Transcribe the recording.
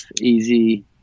easy